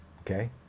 okay